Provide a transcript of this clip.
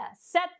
set